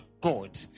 God